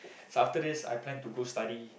so after this I plan to go study